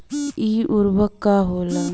इ उर्वरक का होला?